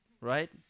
right